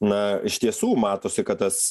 na iš tiesų matosi kad tas